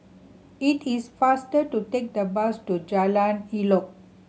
it is faster to take the bus to Jalan Elok